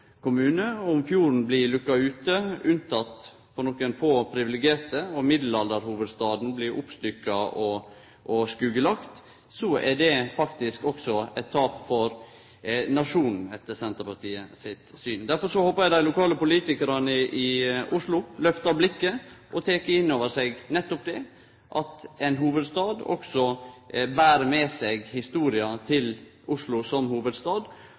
kommune. Om fjorden blir lukka ute, med unntak for nokre få privilegerte, og mellomalderhovudstaden blir oppstykkja og skuggelagd, er det også eit tap for nasjonen, etter Senterpartiet sitt syn. Derfor håpar eg at dei lokale politikarane i Oslo lyftar blikket og tek inn over seg nettopp det, at ein hovudstad også ber med seg historia til Oslo som hovudstad